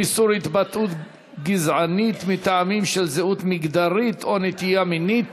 איסור התבטאות גזענית מטעמים של זהות מגדרית או נטייה מינית),